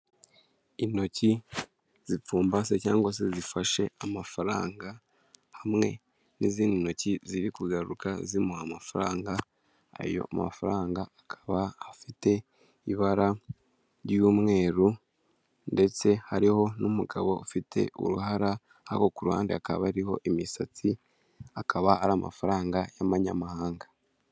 Intoki zipfumbase cyangwa se zifashe amafaranga hamwe n'izindi ntoki ziri kugaruka zimuha amafaranga, ayo mafaranga akaba afite ibara ry'umweru ndetse hariho n'umugabo ufite uruhara ariko ku ruhande hakaba hariho imisatsi, akaba ari amafaranga y'abanyamahanga.